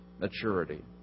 maturity